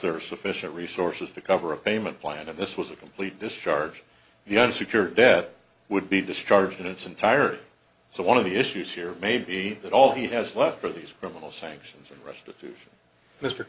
are sufficient resources to cover a payment plan and this was a complete discharge the unsecured debt would be discharged in its entirety so one of the issues here maybe that all he has left are these criminal sanctions and restitution mr